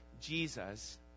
jesus